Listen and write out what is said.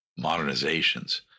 modernizations